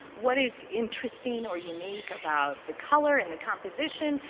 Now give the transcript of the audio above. what is interesting or unique about the color and the composition?